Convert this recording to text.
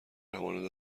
همانند